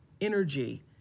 energy